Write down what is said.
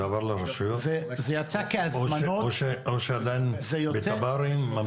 זה עבר לרשויות או שעדיין מתב"רים?